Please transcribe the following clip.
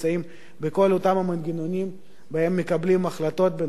בכל אותם המנגנונים שבהם מקבלים החלטות בנוגע